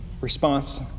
response